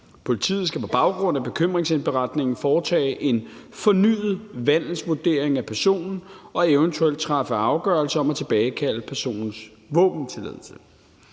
Politiet skal på baggrund af bekymringsindberetningen foretage en fornyet vandelsvurdering af personen og eventuelt træffe afgørelse om at tilbagekalde personens våbentilladelse.